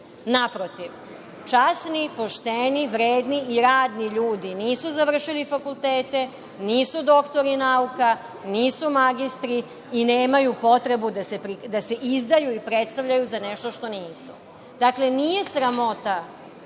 Naprotiv, časni, pošteni, vredni i radni ljudi nisu završili fakultete, nisu doktori nauka, nisu magistri i nemaju potrebu da se izdaju i predstavljaju za nešto što nisu. Dakle, nije sramota